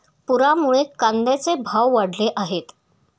पुरामुळे कांद्याचे भाव वाढले आहेत